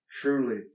truly